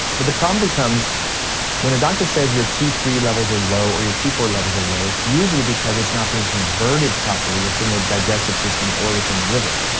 but the problem becomes when a doctor says your t three levels are low or your t four levels are low, it's usually because it's not being converted properly within the digestive system or within the liver.